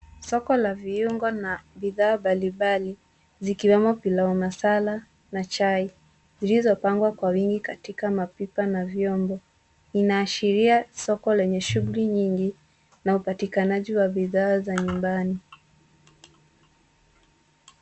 Soko la viungo na bidhaa mbalimbali zikiwemo pilau masala na chai, zilizopangwa kwa wingi katika mapipa na vyombo. Inaashiria soko lenye shughuli nyingi na upatikanaji wa bidhaa za nyumbani.